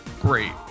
great